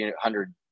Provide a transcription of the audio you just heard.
hundred